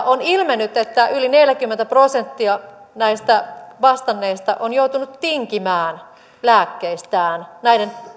on ilmennyt että yli neljäkymmentä prosenttia näistä vastanneista on joutunut tinkimään lääkkeistään näiden